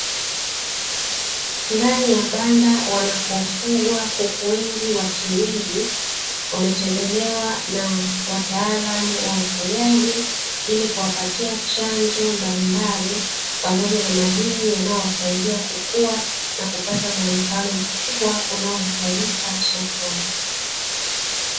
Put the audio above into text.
Ndani ya banda wanako fugwa kuku wengi wa kienyeji, wametembelewa na wataalamu wa ufugaji, ili kuwapatia chanjo mbalimbali pamoja na madini yanayowasaidia kukua na kupata muonekano mkubwa unaohitajika sokoni.